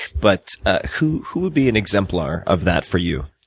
but ah who who would be an exemplar of that for you?